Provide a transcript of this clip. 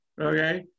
okay